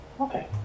Okay